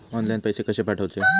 Online पैसे कशे पाठवचे?